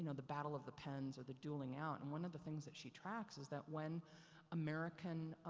you know the battle of the pens or the dueling out. and one of the things that she tracks is that when american,